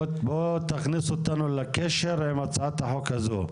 תכניס אותנו לקשר עם הצעת החוק הזו.